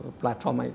platform